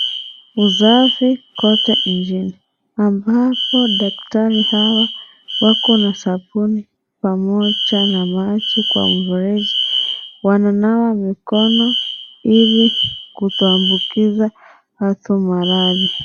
Usafi kote njini ambapo daktari hawa wako na sabuni pamoja na maji Kwa mfereji ,wananawa mikono ili kutoambukiza watu maradhi.